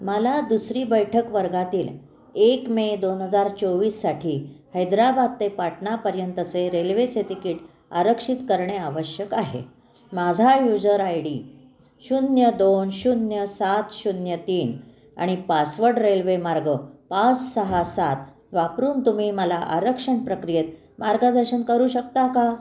मला दुसरी बैठक वर्गातील एक मे दोन हजार चोवीससाठी हैदराबाद ते पाटणापर्यंतचे रेल्वेचे तिकीट आरक्षित करणे आवश्यक आहे माझा यूजर आय डी शून्य दोन शून्य सात शून्य तीन आणि पासवर्ड रेल्वे मार्ग पाच सहा सात वापरून तुम्ही मला आरक्षण प्रक्रियेत मार्गदर्शन करू शकता का